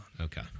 Okay